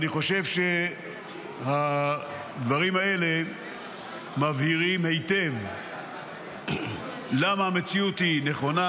אני חושב שהדברים האלה מבהירים היטב למה המציאות היא נכונה,